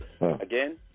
Again